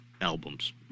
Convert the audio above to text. albums